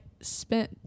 spent